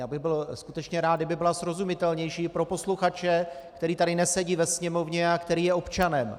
Já bych byl skutečně rád, kdyby byla srozumitelnější i pro posluchače, který tady nesedí ve Sněmovně a který je občanem.